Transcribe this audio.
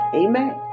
amen